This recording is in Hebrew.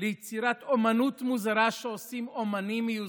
ליצירת אומנות רחבה שעושים אומנים מיוסרים?